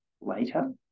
later